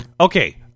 okay